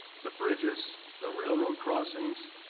the bridges, the railroad crossings,